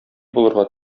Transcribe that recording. булырга